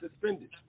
suspended